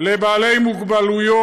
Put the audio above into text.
לאנשים עם מוגבלות,